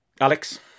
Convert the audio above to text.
Alex